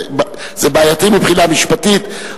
זה בעייתי מבחינה משפטית,